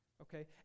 Okay